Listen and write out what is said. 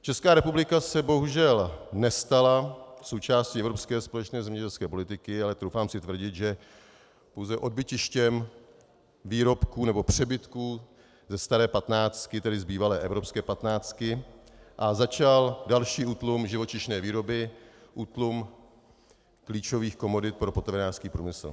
Česká republika se bohužel nestala součástí evropské společné zemědělské politiky, ale troufám si tvrdit, že pouze odbytištěm výrobků nebo přebytků ze staré patnáctky, tedy z bývalé evropské patnáctky, a začal další útlum živočišné výroby, útlum klíčových komodit pro potravinářský průmysl.